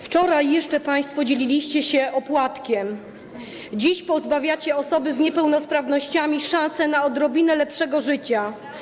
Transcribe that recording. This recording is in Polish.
Wczoraj jeszcze państwo dzieliliście się opłatkiem, a dziś pozbawiacie osoby z niepełnosprawnościami szansy na odrobinę lepszego życia.